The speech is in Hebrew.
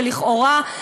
שלכאורה,